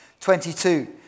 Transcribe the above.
22